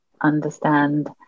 understand